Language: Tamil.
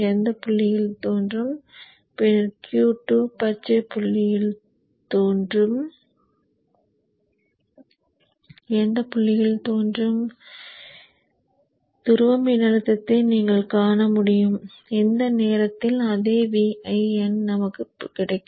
எந்த புள்ளியில் தோன்றும் பின்னர் Q2 பச்சை பகுதியில் இருக்கும்போது துருவ மின்னழுத்தத்தை நீங்கள் காணமுடியும் இந்த நேரத்தில் அதே Vin நமக்கு கிடைக்கும்